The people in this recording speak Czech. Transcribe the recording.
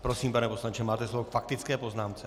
Prosím, pane poslanče, máte slovo k faktické poznámce.